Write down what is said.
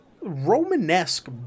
Romanesque